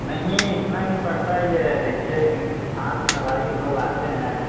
नहीं इतना ही पड़ता ही है देखिए क्योंकि किसान हैं ना भाई वो लोग आते हैं